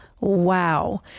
Wow